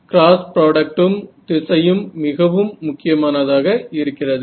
cross ப்ராடக்ட்டும் திசையும் மிகவும் முக்கியமானதாக இருக்கிறது